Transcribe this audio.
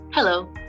Hello